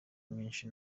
myinshi